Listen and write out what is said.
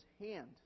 hand